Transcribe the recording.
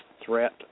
threat